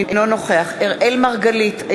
אינו נוכח אראל מרגלית,